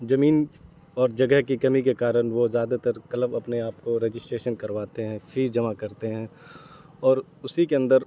زمین اور جگہ کی کمی کے کارن وہ زیادہ تر کلب اپنے آپ کو رجسٹریشن کرواتے ہیں فیس جمع کرتے ہیں اور اسی کے اندر